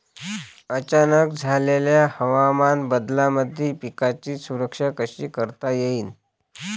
अचानक झालेल्या हवामान बदलामंदी पिकाची सुरक्षा कशी करता येईन?